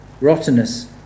rottenness